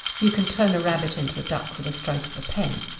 you can turn a rabbit into a duck with a stroke of a pen.